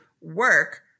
work